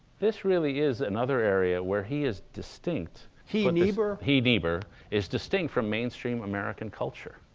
this really is another area where he is distinct he, niebuhr? he, niebuhr, is distinct from mainstream american culture,